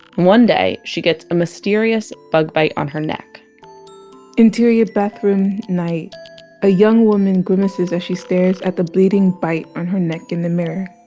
day she gets a mysterious bug bite on her neck interior bathroom night a young woman grimaces as she stares at the bleeding bite on her neck in the mirror.